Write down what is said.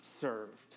served